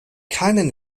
keinen